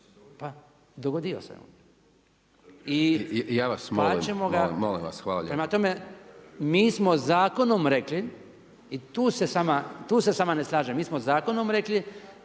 Hajdaš Dončić: Ja vas molim, molim vas, hvala lijepa./… Prema tome, mi smo zakonom rekli i tu se s vama ne slažem, mi smo zakonom rekli